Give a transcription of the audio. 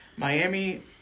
Miami